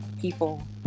people